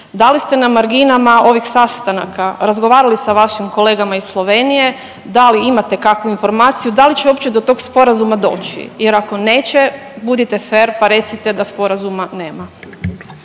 Da li ste na marginama ovih sastanaka razgovarali sa vašim kolegama iz Slovenije, da li imate kakvu informaciju da li će uopće do tog sporazuma doći jer ako neće budite fer pa recite da sporazuma nema.